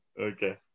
okay